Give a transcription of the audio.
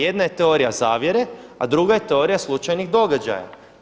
Jedna je teorija zavjere, a druga je teorija slučajnih događaja.